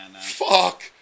Fuck